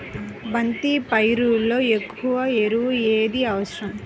బంతి పైరులో ఎక్కువ ఎరువు ఏది అవసరం?